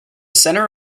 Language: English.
center